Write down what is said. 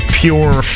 pure